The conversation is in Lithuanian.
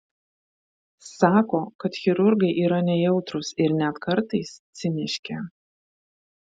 sako kad chirurgai yra nejautrūs ir net kartais ciniški